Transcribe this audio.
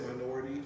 minority